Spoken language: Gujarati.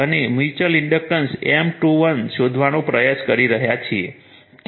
અને મ્યુચુઅલ ઇન્ડક્ટન્સ M21 શોધવાનો પ્રયાસ કરી રહ્યા છીએ કે તે આ M21 છે